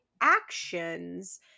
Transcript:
actions